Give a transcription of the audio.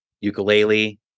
ukulele